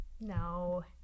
no